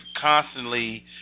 constantly